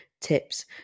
tips